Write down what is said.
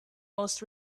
most